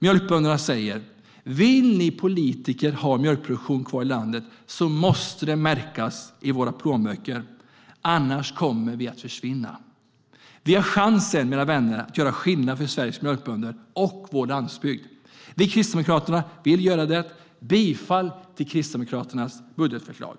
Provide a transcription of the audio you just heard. Mjölkbönderna säger: Vill ni politiker ha mjölkproduktion kvar i landet måste det märkas i våra plånböcker. Annars kommer vi att försvinna. Vi har chansen, mina vänner, att göra skillnad för Sveriges mjölkbönder och vår landsbygd. Vi i Kristdemokraterna vill göra det. Jag yrkar bifall till Kristdemokraternas budgetförslag.